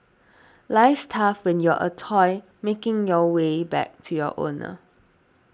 life's tough when you're a toy making your way back to your owner